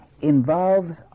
involves